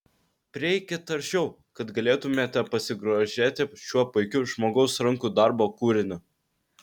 prieikit arčiau kad galėtumėte pasigrožėti šiuo puikiu žmogaus rankų darbo kūriniu